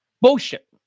Bullshit